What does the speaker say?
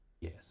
yes